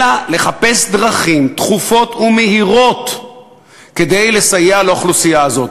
אלא לחפש דרכים דחופות ומהירות כדי לסייע לאוכלוסייה הזאת.